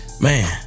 Man